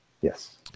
yes